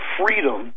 freedom